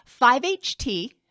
5-HT